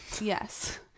Yes